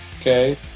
Okay